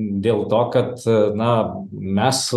dėl to kad na mes